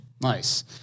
Nice